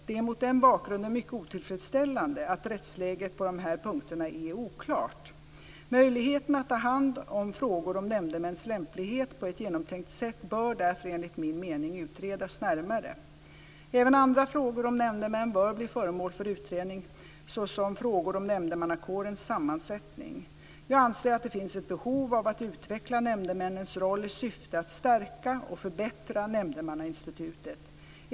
Det är mot den bakgrunden mycket otillfredsställande att rättsläget på dessa punkter är oklart. Möjligheterna att ta om hand frågor om nämndemäns lämplighet på ett genomtänkt sätt bör därför enligt min mening utredas närmare. Även andra frågor om nämndemän bör bli föremål för utredning, såsom frågor om nämndemannakårens sammansättning. Jag anser att det finns ett behov av att utveckla nämndemännens roll i syfte att stärka och förbättra nämndemannainstitutet.